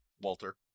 Walter